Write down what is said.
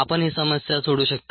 आपण ही समस्या सोडवू शकता